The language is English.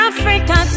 Africa